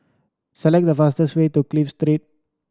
select the fastest way to Clive Three